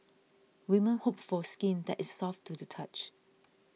women hope for skin that is soft to the touch